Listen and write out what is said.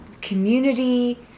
community